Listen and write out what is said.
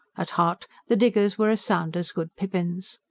at heart, the diggers were as sound as good pippins.